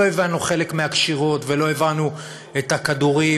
לא הבנו חלק מהקשירות ולא הבנו את הכדורים.